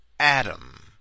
Adam